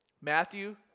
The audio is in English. Matthew